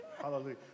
Hallelujah